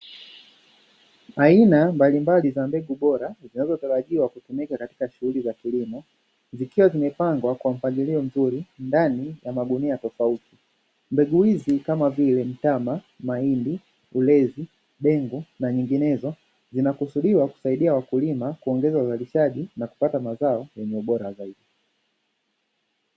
Aina mbalimbali za mbegu bora zinazotarajiwa kutumika katika shughuli za kilimo, zikiwa zimepangwa kwa mpangilio mzuri ndani ya magunia tofauti. Mbegu hizi kama vile: mtama, mahindi, ulezi, dengu na nyinginezo; zinakusudiwa kusaidia wakulima kuongeza uzalishaji na kupata mazao yenye ubora zaidi.